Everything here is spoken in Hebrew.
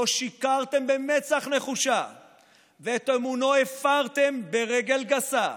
ששיקרתם לו במצח נחושה ואת אמונו הפרתם ברגל גסה,